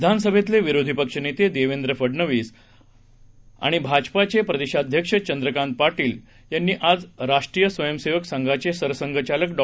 विधानसभेतले विरोधी पक्ष नेते देवेंद्र फडणवीस आणि भाजपा चे प्रदेशाध्यक्ष चंद्रकांत पाटील यांनी आज राष्ट्रीय स्वयंसेवक संघाचे सरसंघचालक डॉ